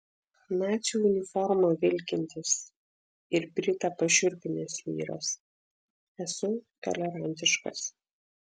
nacių uniforma vilkintis ir britą pašiurpinęs vyras esu tolerantiškas